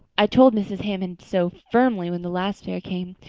i told mrs. hammond so firmly, when the last pair came.